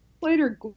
later